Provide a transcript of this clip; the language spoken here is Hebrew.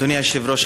אדוני היושב-ראש,